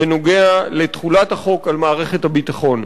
בנוגע לתחולת החוק על מערכת הביטחון.